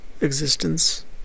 existence